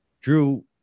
drew